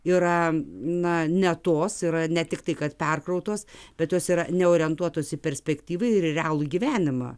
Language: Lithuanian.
yra na ne tos yra ne tiktai kad perkrautos bet jos yra neorientuotos į perspektyvą ir į realų gyvenimą